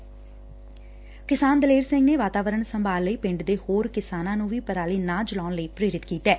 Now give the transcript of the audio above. ਨੌਜਵਾਨ ਕਿਸਾਨ ਦਲੇਰ ਸਿੰਘ ਨੇ ਵਾਤਾਵਰਣ ਸੰਭਾਲ ਲਈ ਪਿੰਡ ਦੇ ਹੋਰ ਕਿਸਾਨਾਂ ਨੂੰ ਵੀ ਪਰਾਲੀ ਨਾ ਜਲਾਉਣ ਲਈ ਪੇ੍ਰਿਤ ਕੀਤੈ